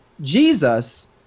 Jesus